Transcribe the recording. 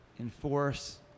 enforce